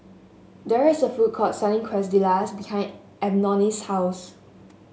there is a food court selling Quesadillas behind Eboni's house